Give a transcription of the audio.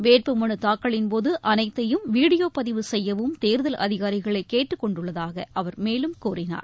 வேட்புமனு தாக்கலின்போது அனைத்தையும் வீடியோ பதிவு செய்யவும் தேர்தல் அதிகாரிகளை கேட்டுக்கொண்டுள்ளதாக அவர் மேலும் கூறினார்